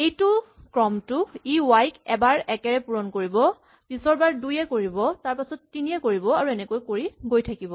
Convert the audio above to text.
এইটো ক্ৰমটো ই ৱাই ক এবাৰ একেৰে পূৰণ কৰিব পিছৰবাৰ দুয়ে কৰিব তাৰপিছৰবাৰ তিনিয়ে কৰিব এনেকৈয়ে কৰি গৈ থাকিব